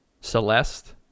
celeste